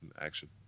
action